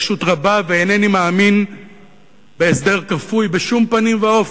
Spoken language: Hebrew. התעקשות רבה ואינני מאמין בהסדר כפוי בשום פנים ואופן.